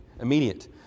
Immediate